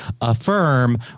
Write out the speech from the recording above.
affirm